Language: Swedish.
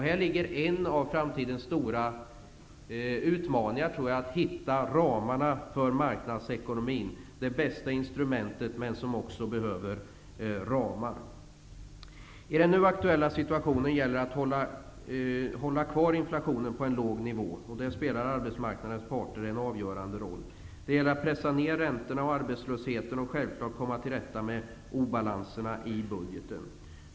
Häri ligger en av framtidens stora utmaningar -- att hitta ramarna för marknadsekonomin. Det är det bästa instrumentet, men det behövs ramar. I den nu aktuella situationen gäller det att hålla kvar inflationen på en låg nivå. Arbetsmarknadens parter spelar en avgörande roll. Det gäller att pressa ned räntorna och arbetslösheten och självklart att komma till rätta med obalanserna i budgeten.